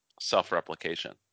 self-replication